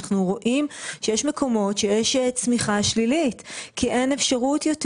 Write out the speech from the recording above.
אנחנו רואים שיש מקומות שיש צמיחה שלילית כי אין אפשרות יותר.